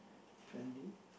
friendly